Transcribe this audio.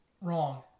Wrong